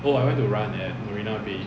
oh I went to run at marina bay